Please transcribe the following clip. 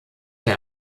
der